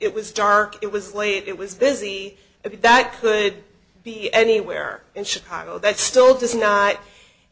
it was dark it was late it was busy that could be anywhere in chicago that still does not